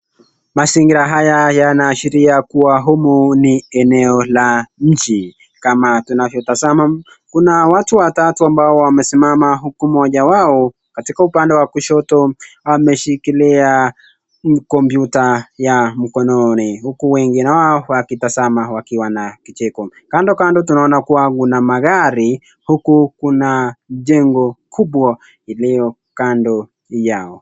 Mazingira haya yanaashiria kuwa humu ni eneo la nchi, kama tunavyotazama kuna watu watatu ambao wamesimama huku mmoja wao katika upande wa kushoto ameshikilia kompyuta ya mkononi huku wengine wao wakiatazama wakiwa na kicheko. Kando kando tunaona kuwa kuna magari huku kuna jengo kubwa iliyo kando yao.